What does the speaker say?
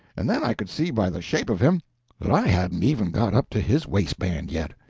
and then i could see by the shape of him that i hadn't even got up to his waistband yet.